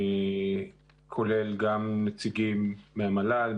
כולל גם נציגים מהמל"ל,